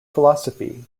philosophy